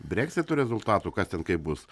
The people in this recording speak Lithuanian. brexito rezultatų kas ten kaip bus